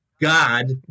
God